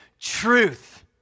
truth